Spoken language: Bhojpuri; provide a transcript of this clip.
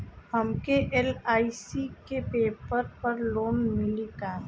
हमके एल.आई.सी के पेपर पर लोन मिली का?